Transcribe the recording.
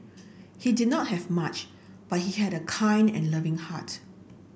he did not have much but he had a kind and loving heart